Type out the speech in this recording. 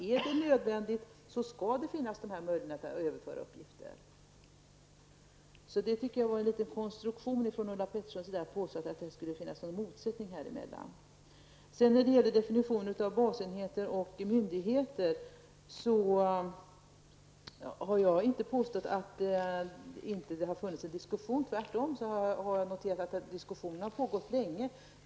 Om det är nödvändigt skall det finnas möjligheter att föra över uppgifter. Jag tycker att det var en konstruktion från Ulla Petterssons sida när hon påstod att det skulle finnas en motsättning. När det gäller definitionen av basenheter och myndigheter har jag inte påstått att det inte har förekommit en diskussion. Tvärtom har jag noterat att diskussionen har pågått länge.